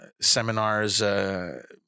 seminars